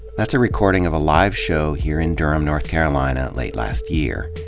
that's a recording of a live show here in durham, north carolina late last year.